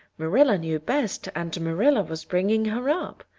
marilla knew best and marilla was bringing her up.